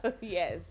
yes